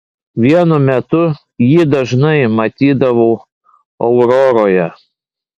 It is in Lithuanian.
vienu metu jį dažnai matydavau auroroje